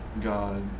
God